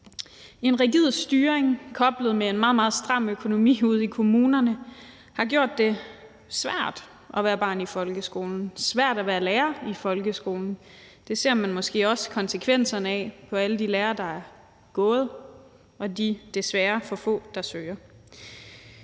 En rigid styring koblet med en meget, meget stram økonomi ude i kommunerne har gjort det svært at være barn i folkeskolen og svært at være lærer i folkeskolen. Det ser man måske også konsekvenserne af på alle de lærere, der er gået, og på de desværre for få, der søger.